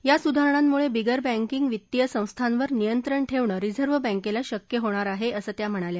या सुधारणामुळे बिगरबँकिंग वित्तीय संस्थांवर नियंत्रण ठेवणं रिझर्व्ह बँकेला शक्य होणार आहे असं त्या म्हणाल्या